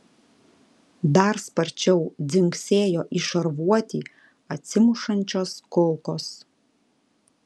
dar sparčiau dzingsėjo į šarvuotį atsimušančios kulkos